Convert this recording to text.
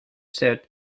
cert